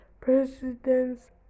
president's